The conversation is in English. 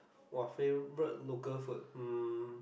!wah! favourite local food um